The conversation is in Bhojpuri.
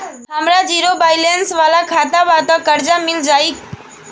हमार ज़ीरो बैलेंस वाला खाता बा त कर्जा मिल जायी?